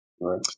Right